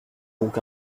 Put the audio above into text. donc